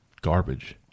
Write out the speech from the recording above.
garbage